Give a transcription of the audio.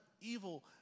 evil